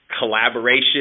collaboration